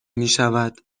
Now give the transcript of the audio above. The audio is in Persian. میشود